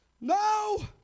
No